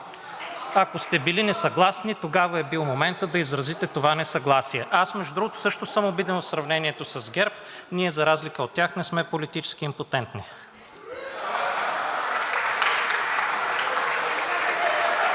Ако сте били несъгласни, тогава е бил моментът да изразите това несъгласие. Между другото, също съм обиден от сравнението с ГЕРБ. Ние за разлика от тях не сме политически импотентни.